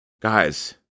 Guys